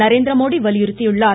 நரேந்திரமோடி வலியுறுத்தியுள்ளார்